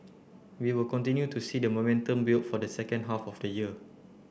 we will continue to see the momentum build for the second half of the year